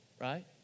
right